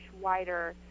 wider